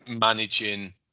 managing